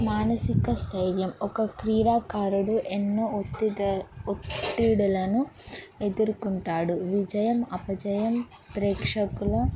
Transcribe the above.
మానసిక స్థైర్యం ఒక క్రీడాకారుడు ఎన్నో ఒత్తిడ ఒత్తిడులను ఎదుర్కొంటాడు విజయం అపజయం ప్రేక్షకుల